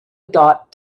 dot